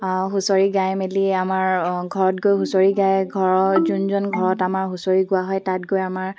হুঁচৰি গাই মেলি আমাৰ ঘৰত গৈ হুঁচৰি গায় ঘৰৰ যোনজন ঘৰত আমাৰ হুঁচৰি গোৱা হয় তাত গৈ আমাৰ